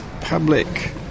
public